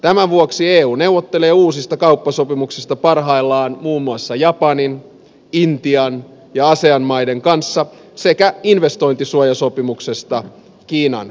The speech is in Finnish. tämän vuoksi eu neuvottelee uusista kauppasopimuksista parhaillaan muun muassa japanin intian ja asean maiden kanssa sekä investointisuojasopimuksesta kiinan kanssa